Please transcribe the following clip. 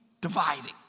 dividing